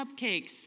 cupcakes